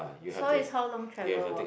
so is how long travel